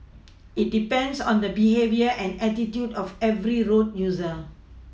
it depends on the behaviour and attitude of every road user